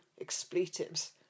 expletives